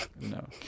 No